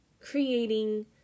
creating